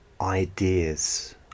ideas